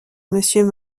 monsieur